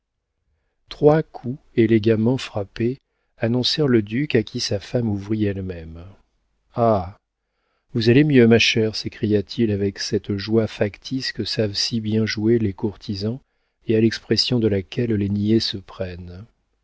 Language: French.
trois coups élégamment frappés annoncèrent le duc à qui sa femme ouvrit elle-même ah vous allez mieux ma chère s'écria-t-il avec cette joie factice que savent si bien jouer les courtisans et à l'expression de laquelle les niais se prennent